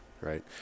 Right